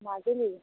Majuli